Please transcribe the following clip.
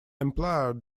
employer